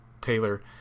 Taylor